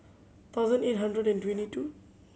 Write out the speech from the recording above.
thousand eight hundred and twenty two